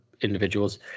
individuals